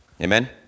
Amen